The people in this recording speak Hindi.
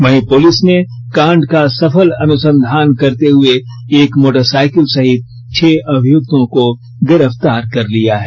वही पुलिस ने कांड का सफल अनुसंधान करते हुऐ एक मोटरसाइकिल सहित छः अभिय्क्तों को गिरफ्तार कर लिया है